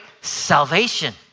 salvation